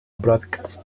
broadcast